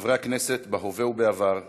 חברי הכנסת בהווה ובעבר,